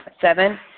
Seven